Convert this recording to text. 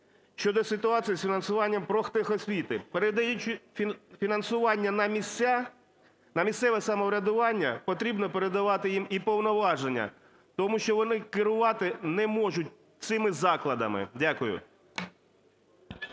щодо ситуації з фінансуванням профтехосвіти. Передаючи фінансування на місця, на місцеве самоврядування, потрібно передавати їм і повноваження, тому що вони керувати не можуть цими закладами. Дякую.